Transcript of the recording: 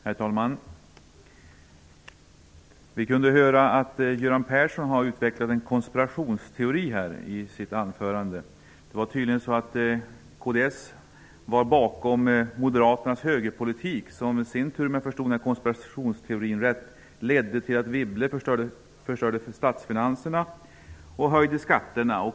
Herr talman! Vi kunde i Göran Perssons anförande höra att han har utvecklat en konspirationsteori. Det var tydligen så att kds låg bakom Moderaternas högerpolitik, och detta ledde i sin tur -- om jag förstod konspirationsteorin rätt -- till att Wibble förstörde statsfinanserna och höjde skatterna.